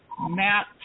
Matt